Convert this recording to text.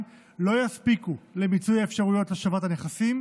לא יספיקו למיצוי האפשרויות להשבת הנכסים,